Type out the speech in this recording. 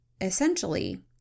essentially